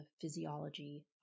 physiology